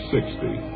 Sixty